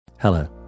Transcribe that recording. Hello